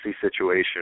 situation